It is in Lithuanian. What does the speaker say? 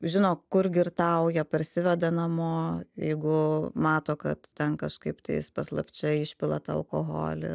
žino kur girtauja parsiveda namo jeigu mato kad ten kažkaip tais paslapčia išpila tą alkoholį